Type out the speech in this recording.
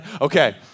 Okay